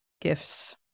gifts